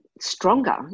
stronger